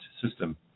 system